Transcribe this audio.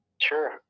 Sure